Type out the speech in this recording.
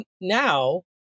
now